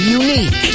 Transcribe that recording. unique